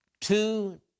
two